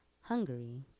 Hungary